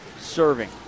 serving